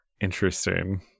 interesting